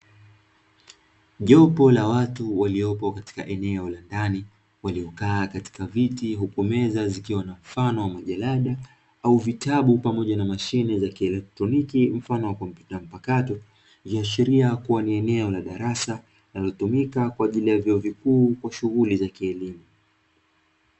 Jopo la watu waliopo katika eneo la ndani waliokaa katika viti, huku meza zikiwa na mfano wa majarada au vitabu pamoja na mashine za kielektroniki mfano wa kompyuta mpakato ikiashiria kua ni eneo la darasa linalotumika kwa ajili ya vyuo vikuu kwa shughuli za kielimu.